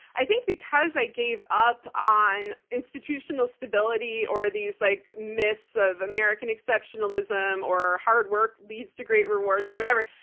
i think because i gave up on institutional stability, or these like myths of american exceptionalism, or hard work leads to great rewards or whatever,